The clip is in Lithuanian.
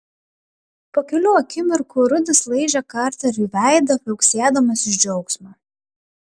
po kelių akimirkų rudis laižė karteriui veidą viauksėdamas iš džiaugsmo